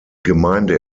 gemeinde